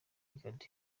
brig